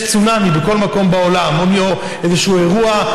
יש צונאמי בכל מקום בעולם או איזה שהוא אירוע,